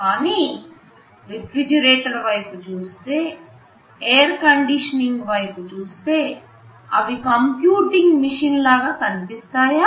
కానీ రిఫ్రిజిరేటర్ వైపు చూస్తే ఎయిర్ కండిషనింగ్ వైపు చూస్తే అవి కంప్యూటింగ్ మిషిన్ లాగా కనిపిస్తాయా